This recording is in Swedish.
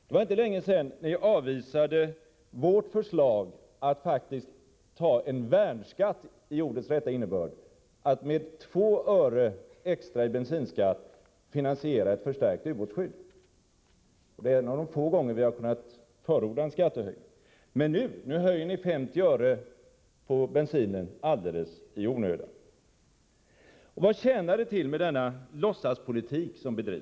Det var inte länge sedan ni avvisade vårt förslag att ta en värnskatt i ordets rätta innebörd — att med 2 öre extra i bensinskatt finansiera ett förstärkt ubåtsskydd. Det är en av de få gånger som vi har kunnat förorda en skattehöjning. Men nu höjer ni bensinskatten med 50 öre alldeles i onödan. Vad tjänar det till att bedriva denna låtsaspolitik?